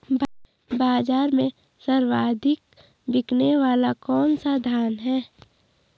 बाज़ार में सर्वाधिक बिकने वाला कौनसा धान है?